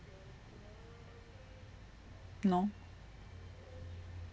no